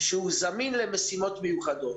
שהוא זמין למשימות מיוחדות.